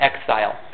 exile